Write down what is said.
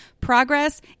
Progress